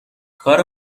کار